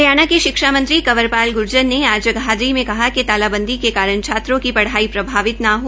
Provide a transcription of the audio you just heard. हरियाणा शिक्षा मंत्री कंवर पाल गूर्जर ने आज जगाधरी मे कहा कि तालाबंदी के कारण पढ़ाई प्रभावित न हो